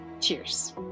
Cheers